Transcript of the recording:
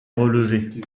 relevé